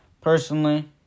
Personally